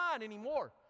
anymore